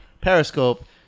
Periscope